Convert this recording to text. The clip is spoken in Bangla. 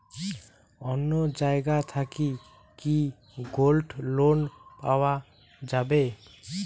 অন্য জায়গা থাকি কি গোল্ড লোন পাওয়া যাবে?